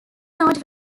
note